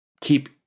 keep